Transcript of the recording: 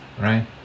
right